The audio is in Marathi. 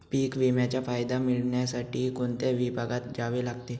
पीक विम्याचा फायदा मिळविण्यासाठी कोणत्या विभागात जावे लागते?